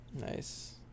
Nice